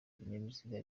ibinyabiziga